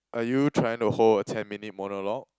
are you trying to hold a ten minute monologue